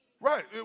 Right